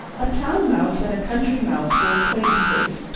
a town mouse and a country mouse were acquaintances,